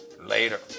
Later